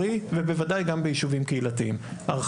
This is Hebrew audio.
בסופו של דבר אנחנו מבינים שקהילה בהכרח